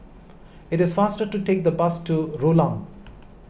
it is faster to take the bus to Rulang